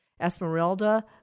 Esmeralda